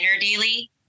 daily